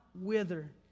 wither